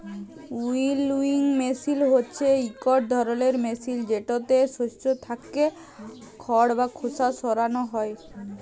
উইলউইং মেসিল হছে ইকট ধরলের মেসিল যেটতে শস্য থ্যাকে খড় বা খোসা সরানো হ্যয়